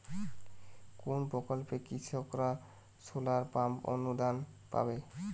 কোন প্রকল্পে কৃষকরা সোলার পাম্প অনুদান পাবে?